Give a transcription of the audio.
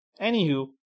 Anywho